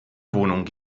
wohnung